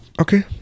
Okay